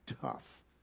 tough